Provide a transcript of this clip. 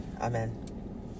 Amen